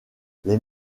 les